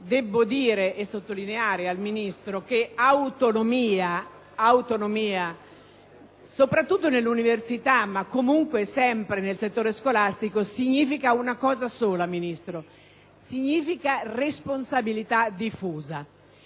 debbo sottolineare al Ministro che autonomia (soprattutto nell'università, ma comunque sempre nel settore scolastico) significa una cosa sola: responsabilità diffusa,